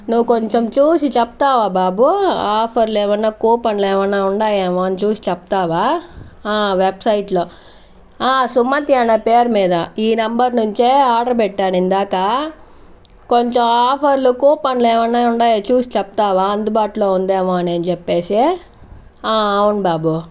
నువ్వు కొంచెం చూసి చెప్తావా బాబు ఆఫర్లు ఏమన్నా కూపన్లు ఏమన్నా ఉన్నాయేమో అని చూసి చెప్తావా వెబ్సైట్ లో సుమతి అనే పేరు మీద ఈ నెంబర్ నుంచే ఆర్డర్ పెట్టాను ఇందాక కొంచెం ఆఫర్ ల కూపన్లు ఏమన్నా ఉన్నాయా అని చూసి చెప్తావా అందుబాటులో ఉందేమో అని చెప్పేసి అవును బాబు